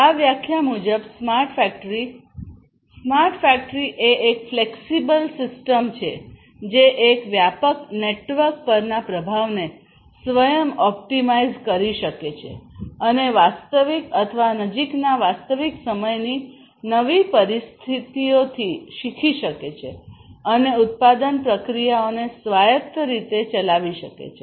તેથી આ વ્યાખ્યા મુજબ સ્માર્ટ ફેક્ટરી "સ્માર્ટ ફેક્ટરી એ એક ફ્લેક્સિબલ સિસ્ટમ છે જે એક વ્યાપક નેટવર્ક પરના પ્રભાવને સ્વયં ઓપ્ટિમાઇઝ કરી શકે છે અને વાસ્તવિક અથવા નજીકના વાસ્તવિક સમયની નવી પરિસ્થિતિઓથી શીખી શકે છે અને ઉત્પાદન પ્રક્રિયાઓને સ્વાયત્ત રીતે ચલાવી શકે છે